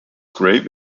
grave